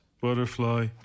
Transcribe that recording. Butterfly